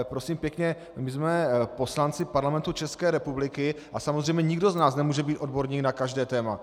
Prosím pěkně, my jsme poslanci Parlamentu České republiky a samozřejmě nikdo z nás nemůže být odborníkem na každé téma.